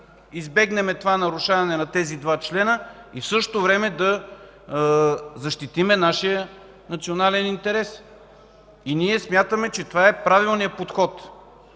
избегнем нарушаването на тези два члена и в същото време да защитим нашия национален интерес. Ние смятаме, че това е правилният подход.